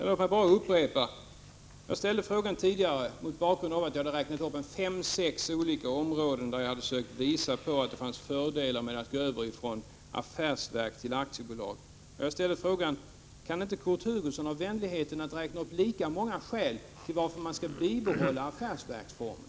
Låt mig upprepa den fråga som jag ställde tidigare, mot bakgrund av att jag hade räknat upp fem eller sex områden där jag försökt visa att det finns fördelar med att gå över från affärsverk till aktiebolag: Kan inte Kurt Hugosson ha vänligheten att räkna upp lika många skäl för att bibehålla affärsverksformen?